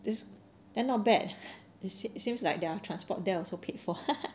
this then not bad it seems like their transport there also paid for